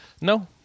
No